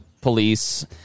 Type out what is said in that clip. police